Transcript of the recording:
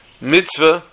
Mitzvah